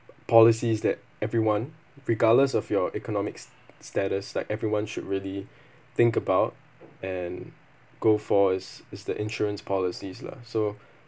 policies that everyone regardless of your economics s~ status like everyone should really think about and go for is is the insurance policies lah so